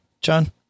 John